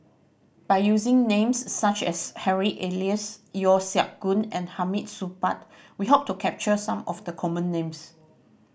by using names such as Harry Elias Yeo Siak Goon and Hamid Supaat we hope to capture some of the common names